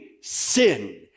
sin